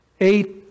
Eight